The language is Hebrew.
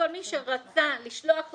כל מי שרצה לשלוח לנו,